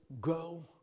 go